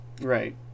right